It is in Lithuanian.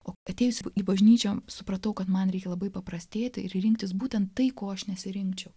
o atėjus į bažnyčią supratau kad man reikia labai paprastėti ir rinktis būtent tai ko aš nesirinkčiau